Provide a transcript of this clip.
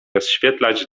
rozświetlać